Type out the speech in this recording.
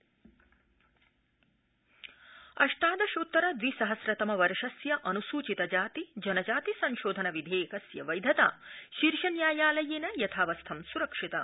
शीर्षन्यायालय अष्टादशोत्तर द्वि सहस्र तम वर्षस्य अनुसूचित जाति जनजाति संशोधन विधेयकस्य वैधता शीर्षन्यायालयेन यथावस्थं स्रक्षिता